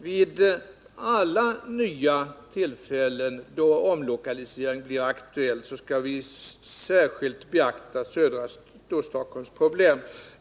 Vid alla nya tillfällen då omlokalisering blir aktuell skall vi särskilt beakta södra Storstockholms problem.